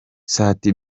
sat